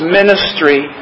ministry